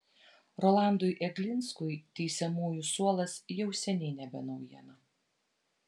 rolandui eglinskui teisiamųjų suolas jau seniai nebe naujiena